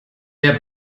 der